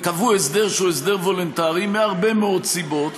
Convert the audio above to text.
וקבעו הסדר שהוא הסדר וולונטרי, מהרבה מאוד סיבות,